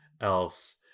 else